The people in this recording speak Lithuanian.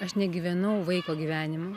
aš negyvenau vaiko gyvenimo